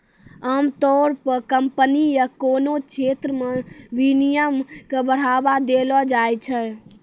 आमतौर पे कम्पनी या कोनो क्षेत्र मे विनियमन के बढ़ावा देलो जाय छै